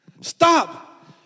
Stop